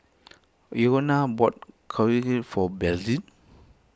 Rhona bought Korokke for Bethzy